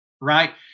right